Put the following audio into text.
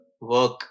work